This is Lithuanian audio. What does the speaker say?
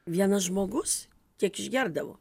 vienas žmogus tiek išgerdavo